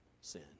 sin